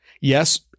Yes